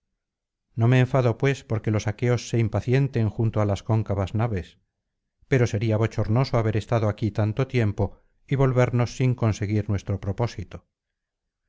no me enfado pues porque los aqueos se impacienten junto á las cóncavas naves pero sería bochornoso haber estado aquí tanto tiempo y volvernos sin conseguir nuestro propósito